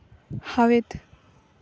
ᱦᱟᱣᱮᱫ